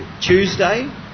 Tuesday